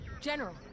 General